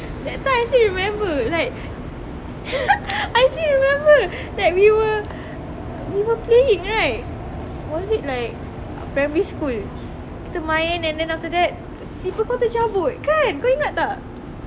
that time I still remember like I still remember that we were we were playing right was it like primary school kita main and then after that slipper kau tercabut kan kau ingat tak